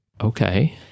okay